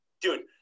Dude